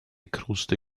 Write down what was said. kruste